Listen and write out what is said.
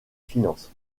finances